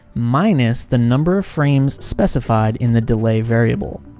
minus the number of frames specified in the delay variable.